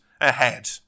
ahead